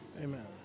Amen